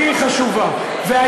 לי היא חשובה, לי היא חשובה.